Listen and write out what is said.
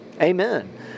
amen